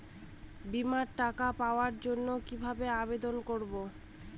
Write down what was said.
বিমার টাকা পাওয়ার জন্য কিভাবে আবেদন করব?